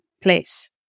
place